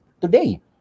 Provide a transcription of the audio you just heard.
today